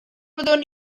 fyddwn